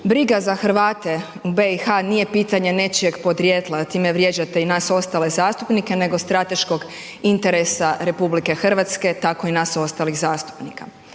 briga za Hrvate u BiH nije pitanje nečijeg podrijetla, a time vrijeđate i nas ostale zastupnike nego strateškog interesa RH tako i nas ostalih zastupnika.